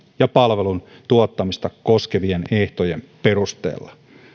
ja palvelun tuottamista koskevien ehtojen perusteella